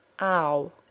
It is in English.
ow